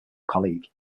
colleague